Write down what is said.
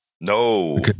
No